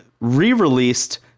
re-released